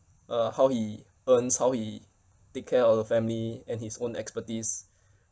uh how he earns how he take care of our family and his own expertise